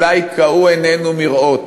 אולי כהו עינינו מראות